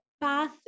path